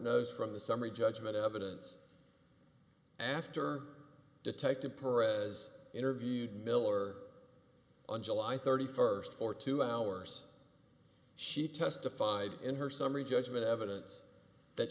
knows from the summary judgment evidence after detective pereira's interviewed miller on july thirty first for two hours she testified in her summary judgment evidence that